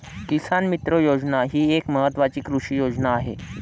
किसान मित्र योजना ही एक महत्वाची कृषी योजना आहे